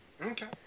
Okay